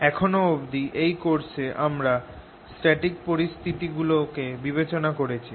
এখনও অবধি এই কোর্সে আমরা স্ট্যাটিক পরিস্থিতি গুলো কে বিবেচনা করেছি